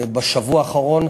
בשבוע האחרון,